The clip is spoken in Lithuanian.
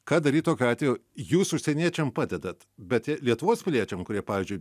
ką daryt tokiu atveju jūs užsieniečiam padedat bet lietuvos piliečiam kurie pavyzdžiui